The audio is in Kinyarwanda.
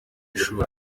ishuri